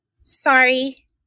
Sorry